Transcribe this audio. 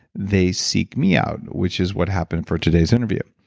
they seek me out, which is what happen for today's interview.